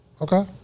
Okay